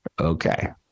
Okay